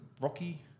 rocky